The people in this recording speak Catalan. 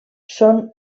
són